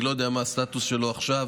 אני לא יודע מה הסטטוס שלו עכשיו,